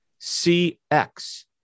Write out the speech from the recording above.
CX